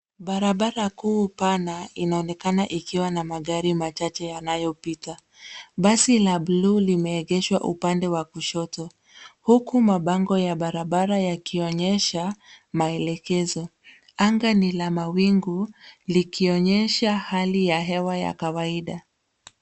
Barabara kuu pana inaonekana ikiwa na magari machache yanayopita. Basi la bluu limeegeshwa upande wa kushoto huku mabango ya barabara yakionyesha maelekezo. Anga ni la mawingu likionyesha hali ya hewa ya kawaida.